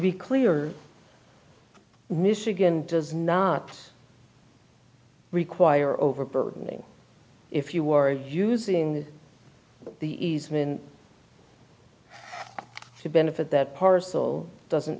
be clear michigan does not require overburdening if you were using the easement to benefit that parcel doesn't